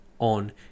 on